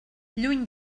lluny